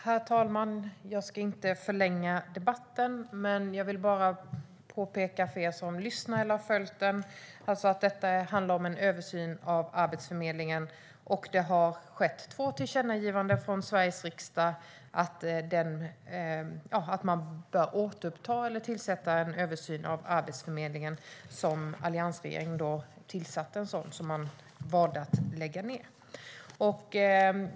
Herr talman! Jag ska inte förlänga debatten, men jag vill påpeka för er som har följt debatten att interpellationen handlar om en översyn av Arbetsförmedlingen. Det har skett två tillkännagivanden från Sveriges riksdag om att återuppta eller tillsätta en översyn av Arbetsförmedlingen. Alliansregeringen tillsatte en utredning som regeringen valde att lägga ned.